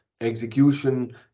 execution